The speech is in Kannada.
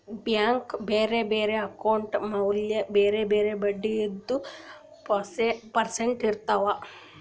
ಬ್ಯಾಂಕ್ ಬ್ಯಾರೆ ಬ್ಯಾರೆ ಅಕೌಂಟ್ ಮ್ಯಾಲ ಬ್ಯಾರೆ ಬ್ಯಾರೆ ಬಡ್ಡಿದು ಪರ್ಸೆಂಟ್ ಇರ್ತಾವ್